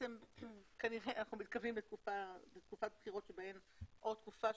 כנראה אנחנו מתקרבים לתקופת בחירות --- אנחנו